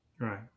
Right